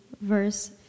verse